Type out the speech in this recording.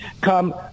come